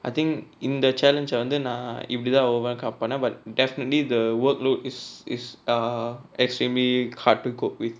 I think இந்த:intha challenge வந்து நா இப்படி தான்:vanthu naa ippadi thaan overcome பண்ணேன்:pannaen but definitely the workload is is ah extremely hard to cope with